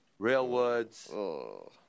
Railwoods